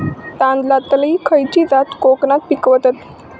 तांदलतली खयची जात कोकणात पिकवतत?